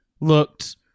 looked